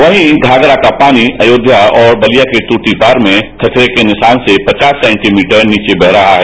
वही घाघरा का पानी अयोध्या और बलिया के दूटीपार में खतरे के निशान से पचास सेंटीमीटर नीचे बह रहा है